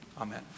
amen